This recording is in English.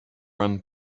run